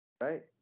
Right